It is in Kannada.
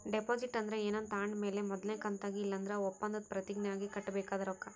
ಡೆಪಾಸಿಟ್ ಅಂದ್ರ ಏನಾನ ತಾಂಡ್ ಮೇಲೆ ಮೊದಲ್ನೇ ಕಂತಾಗಿ ಇಲ್ಲಂದ್ರ ಒಪ್ಪಂದುದ್ ಪ್ರತಿಜ್ಞೆ ಆಗಿ ಕಟ್ಟಬೇಕಾದ ರೊಕ್ಕ